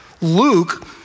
Luke